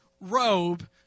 robe